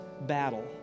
battle